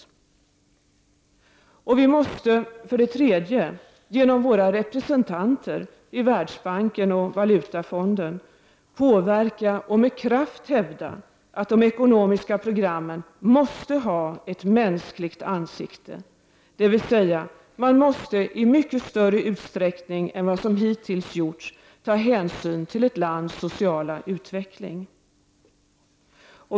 Vi måste, för det tredje, genom våra representanter i Världsbanken och Valutafonden påverka och med kraft hävda att de ekonomiska programmen måste ha ett mänskligt ansikte, dvs. man måste i större utsträckning än vad som hittills gjorts ta hänsyn till ett lands sociala utveckling.